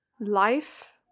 life